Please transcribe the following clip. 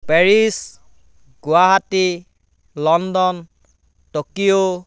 Paris Guwahati London Tokyo